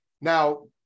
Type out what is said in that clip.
Now